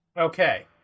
Okay